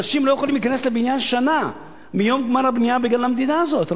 אנשים לא יכולים להיכנס לבניין שנה מיום גמר הבנייה בגלל המדינה הזאת.